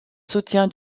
soutien